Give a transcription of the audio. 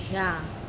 ya